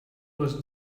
was